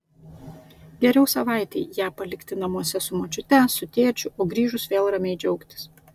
geriau savaitei ją palikti namuose su močiute su tėčiu o grįžus vėl ramiai džiaugtis